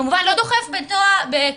כמובן לא דוחף בכוח,